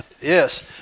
Yes